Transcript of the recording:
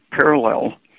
parallel